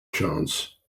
chance